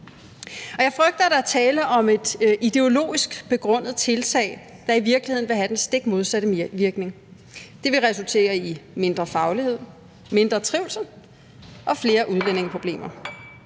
Jeg frygter, at der er tale om et ideologisk begrundet tiltag, der i virkeligheden vil have den stik modsatte virkning. Det vil resultere i mindre faglighed, mindre trivsel og flere udlændingeproblemer.